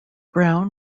brown